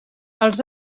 els